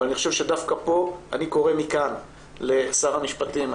ואני קורא מכאן לשר המשפטים.